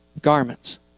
garments